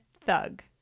thug